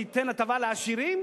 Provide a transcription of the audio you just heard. זה ייתן הטבה לעשירים?